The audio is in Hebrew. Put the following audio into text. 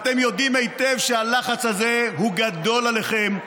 אתם יודעים היטב שהלחץ הזה הוא גדול עליכם,